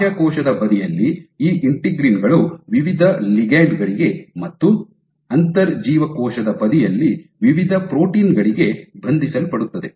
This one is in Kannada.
ಬಾಹ್ಯಕೋಶದ ಬದಿಯಲ್ಲಿ ಈ ಇಂಟಿಗ್ರಿನ್ ಗಳು ವಿವಿಧ ಲಿಗಂಡ್ ಗಳಿಗೆ ಮತ್ತು ಅಂತರ್ಜೀವಕೋಶದ ಬದಿಯಲ್ಲಿ ವಿವಿಧ ಪ್ರೋಟೀನ್ ಗಳಿಗೆ ಬಂಧಿಸಲ್ಪಡುತ್ತವೆ